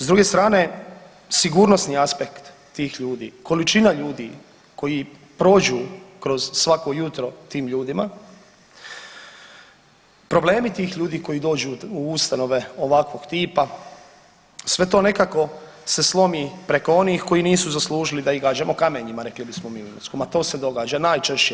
S druge strane sigurnosni aspekt tih ljudi, količina ljudi koji prođu kroz svako jutro tim ljudima, problemi tih ljudi koji dođu u ustanove ovakvog tipa sve to nekako se slomi preko onih koji nisu zaslužili da ih gađamo kamenjima rekli bismo mi u Imotskom, a to se događa najčešće.